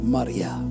Maria